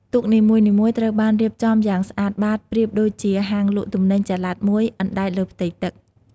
ទូកនីមួយៗត្រូវបានរៀបចំយ៉ាងស្អាតបាត ប្រៀបដូចជាហាងលក់ទំនិញចល័តមួយអណ្ដែតលើផ្ទៃទឹក។